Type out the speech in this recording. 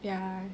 ya